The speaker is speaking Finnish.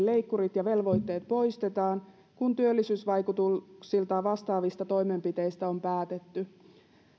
leikkurit ja velvoitteet poistetaan kun työllisyysvaikutuksiltaan vastaavista toimenpiteistä on päätetty